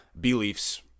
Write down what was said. Beliefs